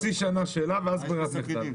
יש חצי שנה שלה ואז ברירת מחדל.